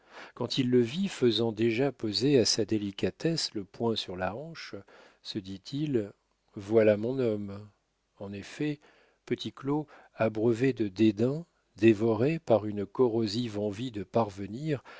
quant il le vit faisant déjà poser à sa délicatesse le poing sur la hanche se dit-il voilà mon homme en effet petit claud abreuvé de dédains dévoré par une corrosive envie de parvenir